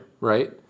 Right